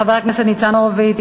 חבר הכנסת ניצן הורוביץ.